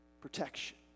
protection